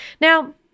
now